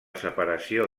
separació